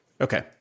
Okay